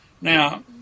now